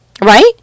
Right